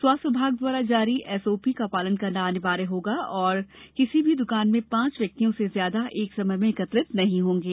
स्वास्थ्य विभाग द्वारा जारी एसओपी का पालन करना अनिवार्य होगा और किसी भी दुकान में पांच व्यक्तियों से ज्यादा एक समय में एकत्रित नहीं होंगे